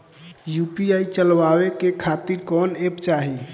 UPI चलवाए के खातिर कौन एप चाहीं?